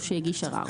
או שהגיש ערר.